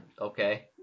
Okay